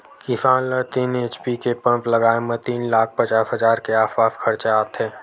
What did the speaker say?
किसान ल तीन एच.पी के पंप लगाए म तीन लाख पचास हजार के आसपास खरचा आथे